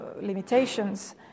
limitations